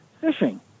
fishing